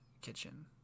kitchen